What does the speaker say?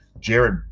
Jared